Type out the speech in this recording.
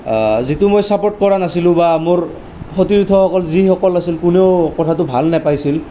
যিটো মই চাপৰ্ট কৰা নাছিলোঁ বা মোৰ সতীৰ্থসকল যিসকল আছিল কোনেও কথাটো ভাল নাপাইছিল